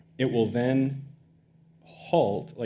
it will then halt. ah